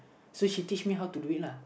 so she teach me how to do it lah